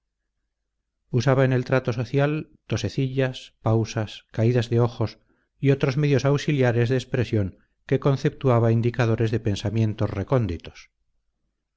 usaba en el trato social tosecillas pausas caídas de ojos y otros medios auxiliares de expresión que conceptuaba indicadores de pensamientos recónditos